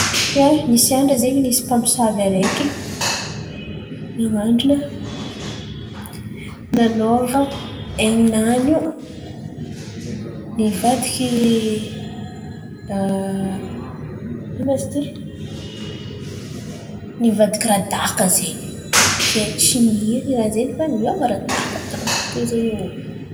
Ia, misy andra zen̈y nisy pamosavy areky nan̈andrana nan̈ôva hain̈y nany io. Nivadiky in oma izy ity? Nivadiky rahadaka izen̈y, kay tsy nino raha zen̈y niova rahadaka tampoko teo ny olon̈o.